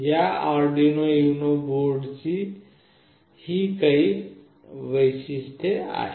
या Arduino Uno board ची ही काही वैशिष्ट्ये आहेत